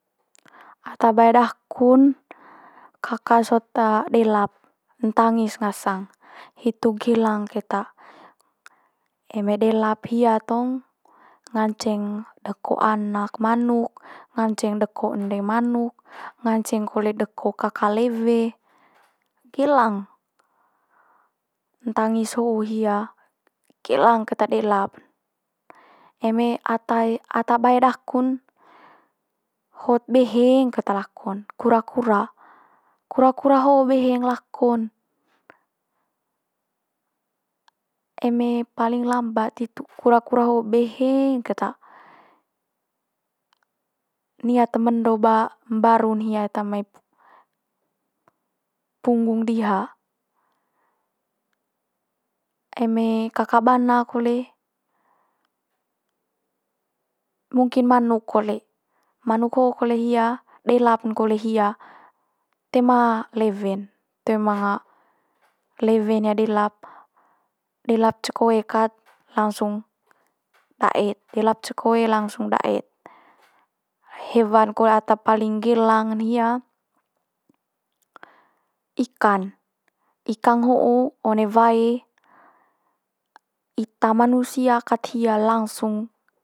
ata bae daku'n kaka sot delap ntangis ngasang'n, hitu gelang keta. Eme delap hia tong nganceng deko anak manuk, nganceng deko ende manuk, nganceng kole deko kaka lewe, gelang. Ntangis ho'o hia gelang keta delap, eme ata ata bae daku'n hot beheng keta lako'n kura kura. Kura kura ho'o beheng lako'n eme paling lambat hitu kura kura ho'o beheng keta. Nia te mendo ba mbaru'n hia eta mai pu punggung diha. Eme kaka bana kole mungkin manuk kole. Manuk ho kole hia delap kole'n hia toe ma lewe'n. Toe manga lewe'n hia delap, delap ce koe kat langsung da'et delap ce koe langsung da'et. Hewan kole ata paling gelang ne hia ikan. Ikang ho'o one wae ita manusia kat hia langsung.